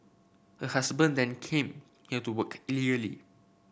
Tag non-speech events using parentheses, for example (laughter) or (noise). her husband then came here to work (unintelligible)